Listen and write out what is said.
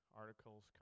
articles